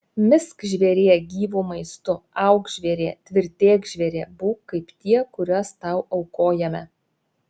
misk žvėrie gyvu maistu auk žvėrie tvirtėk žvėrie būk kaip tie kuriuos tau aukojame